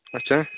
اچھا